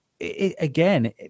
again